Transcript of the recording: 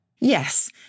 Yes